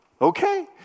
okay